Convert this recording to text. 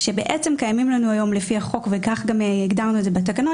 כשבעצם קיימים לנו היום לפי החוק וכך גם הגדרנו את זה בתקנות,